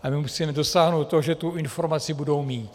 A my musíme dosáhnout toho, že tu informaci budou mít.